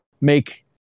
make